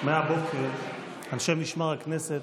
מהבוקר אנשי משמר הכנסת